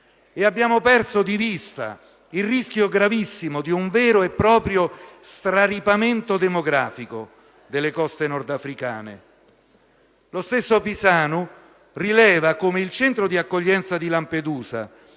ed abbiamo perso di vista il rischio gravissimo di un vero e proprio «straripamento demografico» delle coste nordafricane? Lo stesso Pisanu rileva inoltre come il centro di accoglienza di Lampedusa